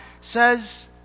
says